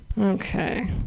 Okay